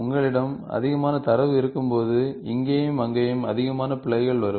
உங்களிடம் அதிகமான தரவு இருக்கும்போது இங்கேயும் அங்கேயும் அதிகமான பிழைகள் வரும்